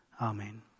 Amen